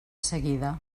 seguida